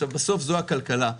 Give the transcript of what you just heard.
בסוף זו הכלכלה.